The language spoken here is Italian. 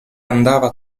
andava